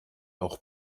auch